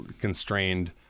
constrained